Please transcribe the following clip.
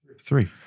Three